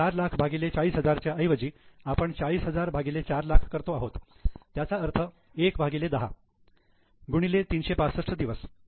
तर 4 लाख भागिले 40000 च्या ऐवजी आपण 40000 भागिले 4 लाख करतो आहोत त्याचा अर्थ 1 भागिले 10 गुणिले 365 दिवस